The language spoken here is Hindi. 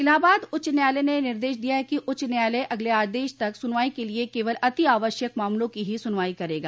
इलाहाबाद उच्च न्यायालय ने निर्देश दिया है कि उच्च न्यायालय अगले आदेश तक सुनवाई के लिए केवल अतिआवश्यक मामलों की ही सुनवाइ करेगा